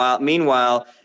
Meanwhile